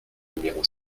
numéro